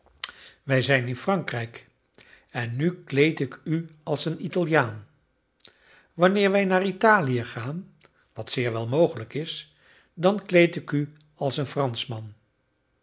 wij zijn in frankrijk en nu kleed ik u als een italiaan wanneer wij naar italië gaan wat zeer wel mogelijk is dan kleed ik u als een franschman